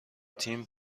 تیم